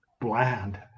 bland